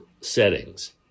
settings